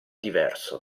diverso